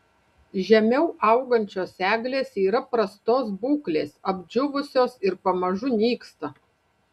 žemiau augančios eglės yra prastos būklės apdžiūvusios ir pamažu nyksta